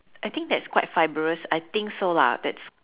I think that's quite fibrous I think so lah that's